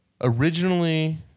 Originally